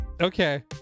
Okay